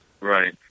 Right